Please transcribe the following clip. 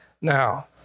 now